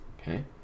Okay